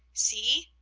see!